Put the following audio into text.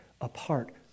apart